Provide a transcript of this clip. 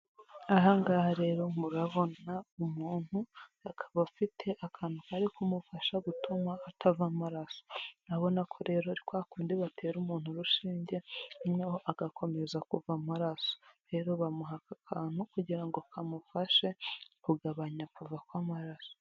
Aha ngaha rero murabona umuntu akaba afite akantu ko kumufasha gutuma atava amaraso, urabona ko rero kwa kundi batera umuntu urushinge noneho agakomeza kuva amaraso, rero bamuha aka akantu kugira ngo kamufashe kugabanya kuva kw'amaraso.